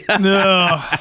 No